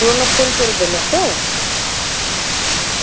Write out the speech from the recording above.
পুরোনো ফোন চলবে না তো হুম